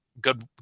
good